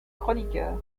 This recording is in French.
chroniqueur